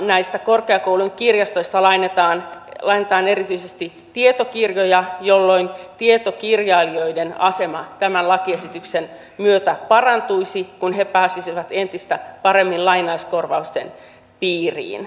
näistä korkeakoulujen kirjastoista lainataan erityisesti tietokirjoja jolloin tietokirjailijoiden asema tämän lakiesityksen myötä parantuisi kun he pääsisivät entistä paremmin lainauskorvausten piiriin